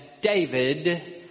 David